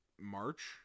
March